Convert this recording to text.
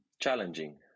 challenging